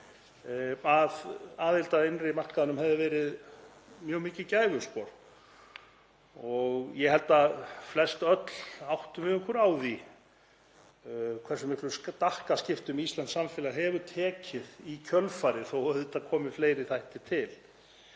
að aðild að innri markaðnum hefði verið mjög mikið gæfuspor. Ég held að flestöll áttum við okkur á því hversu miklum stakkaskiptum íslenskt samfélag hefur tekið í kjölfarið þó að auðvitað komi fleiri þættir til.